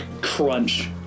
crunch